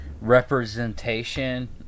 representation